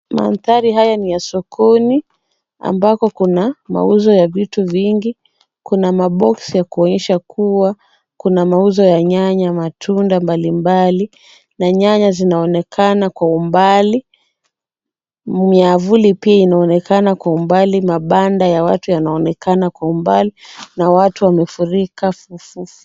Mandhari haya ni ya sokoni ambako kuna mauzo ya vitu vingi. Kuna maboksi ya kuonyesha kuwa kuna mauzo ya nyanya, matunda mbalimabali na nyanya zinaonekana kwa umbali. Miavuli pia inaonekana kwa umbali. Mabanda ya watu yanaonekana kwa umbali na watu wamefurika fufufu.